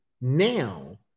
now